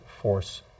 force